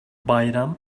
bayram